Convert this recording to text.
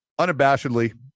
unabashedly